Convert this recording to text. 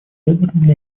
ядерной